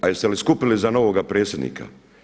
A jeste li skupili za novoga predsjednika?